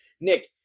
Nick